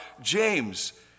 James